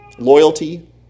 Loyalty